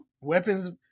weapons